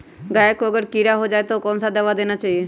गाय को अगर कीड़ा हो जाय तो कौन सा दवा देना चाहिए?